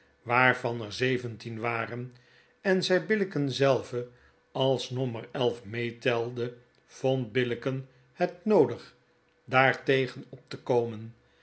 waarvan er zeventien waren en zy billicken zelve als nommer elf meetelde vond billicken het noodig daar tegen op te komen